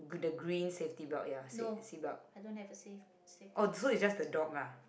no i don't have a safe~ safety belt